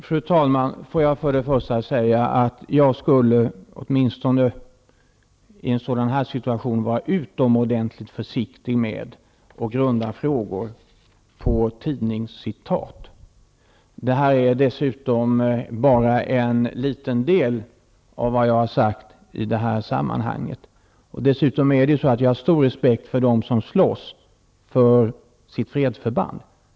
Fru talman! Jag vill först säga att jag åtminstona i en sådan här situation skulle vara utomordentligt försiktig med att grunda frågor på tidningscitat. Det här är dessutom bara en liten del av vad jag har sagt i sammanhanget. Jag har stor respekt för dem som slåss för sitt fredsförband.